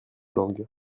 langue